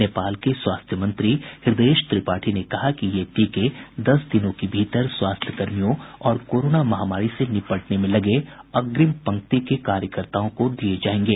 नेपाल के स्वास्थ्य मंत्री हृदयेश त्रिपाठी ने कहा है कि ये टीके दस दिनों के भीतर स्वास्थ्यकर्मियों और कोरोना महामारी से निपटने में लगे अग्रिम पंक्ति के कार्यकर्ताओं को लगाये जायेंगे